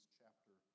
chapter